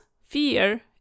fear